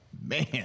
man